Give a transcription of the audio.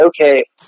okay